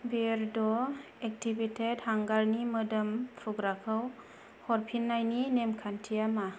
बियेरड' activated हांगारनि मोदोम फुग्राखौ हरफिन्नायनि नेमखान्थिया मा